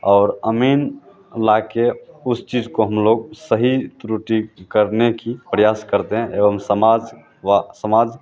और अमीन लाकर उस चीज़ को हम लोग सही त्रुटी करने का प्रयास करते हैं एवं समाज व समाज